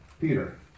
Peter